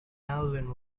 alvin